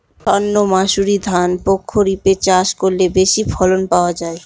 সর্ণমাসুরি ধান প্রক্ষরিপে চাষ করলে বেশি ফলন পাওয়া যায়?